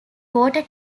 water